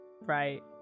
right